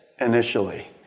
initially